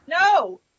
No